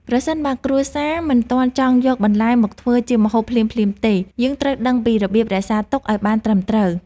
ប្រសិនបើគ្រួសារមិនទាន់ចង់យកបន្លែមកធ្វើជាម្ហូបភ្លាមៗទេ យើងត្រូវដឹងពីរបៀបរក្សាទុកឱ្យបានត្រឹមត្រូវ។